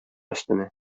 өстенә